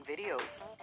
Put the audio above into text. videos